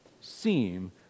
seem